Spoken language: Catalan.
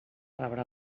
rebrà